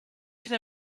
can